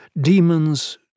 demons